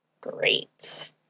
Great